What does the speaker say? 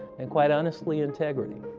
and quite honestly, integrity.